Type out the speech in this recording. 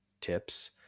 tips